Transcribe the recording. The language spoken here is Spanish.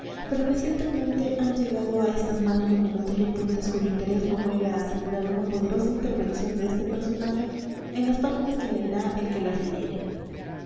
pero recientemente han llegado a estas manos documentos y apuntes cuyo interés me mueve a asegurar una poderosa intervención de este personaje en las páginas que leerá el que las leyere